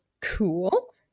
cool